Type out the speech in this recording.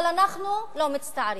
אבל אנחנו לא מצטערים.